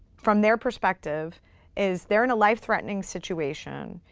from their perspective is they're in a life-threatening situation,